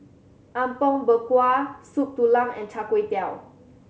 Apom Berkuah Soup Tulang and Char Kway Teow